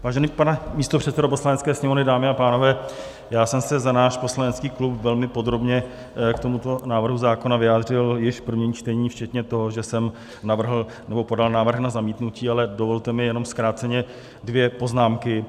Vážený pane místopředsedo Poslanecké sněmovny, dámy a pánové, já jsem se za náš poslanecký klub velmi podrobně k tomuto návrhu zákona vyjádřil již v prvním čtení včetně toho, že jsem podal návrh na zamítnutí, ale dovolte mi jenom zkráceně dvě poznámky.